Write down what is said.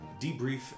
debrief